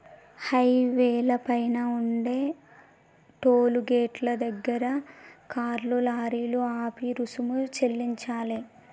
హైవేల పైన ఉండే టోలు గేటుల దగ్గర కార్లు, లారీలు ఆపి రుసుము చెల్లించాలే